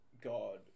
God